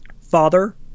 father